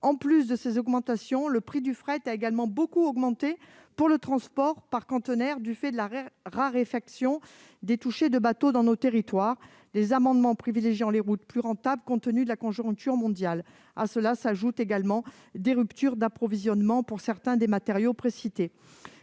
à 40 %. En outre, le prix du fret a également beaucoup augmenté pour le transport par containers du fait de la raréfaction des touchers de bateaux dans nos territoires, les armements privilégiant les routes plus rentables compte tenu de la conjoncture mondiale. À cela s'ajoutent également des ruptures d'approvisionnement pour certains des matériaux précités.